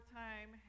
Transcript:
time